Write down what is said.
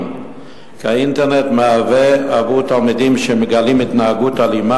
כי האינטרנט מהווה עבור תלמידים שמגלים התנהגות אלימה